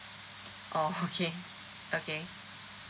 oh okay okay